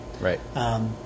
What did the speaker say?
right